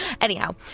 Anyhow